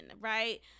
right